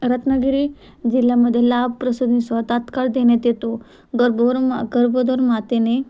रत्नागिरी जिल्ह्यामध्ये लाभ प्रसूती स्व तात्काळ देण्यात येतो गर्भार माता गर्भोदर मातेने